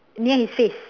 near his face